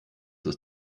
ist